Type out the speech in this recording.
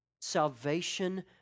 Salvation